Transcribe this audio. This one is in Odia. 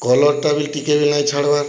କଲର୍ଟା ବି ଟିକେ ହେଲେ ନାଇଁ ଛାଡ଼୍ବାର୍